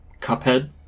Cuphead